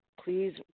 please